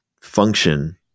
function